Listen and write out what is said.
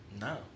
No